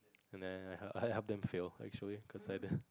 and then I I help them fill actually cause I